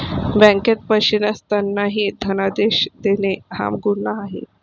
बँकेत पैसे नसतानाही धनादेश देणे हा गुन्हा आहे